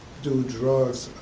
do drugs